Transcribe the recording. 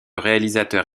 réalisateur